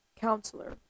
counselor